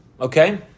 Okay